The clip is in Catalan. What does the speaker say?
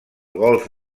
golf